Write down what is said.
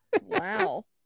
Wow